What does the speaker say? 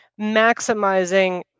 maximizing